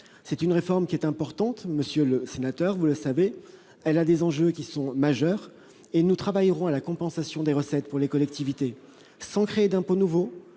d'une réforme importante, monsieur le sénateur, dont les enjeux sont majeurs. Nous travaillerons à la compensation des recettes pour les collectivités, sans créer d'impôts nouveaux,